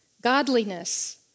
Godliness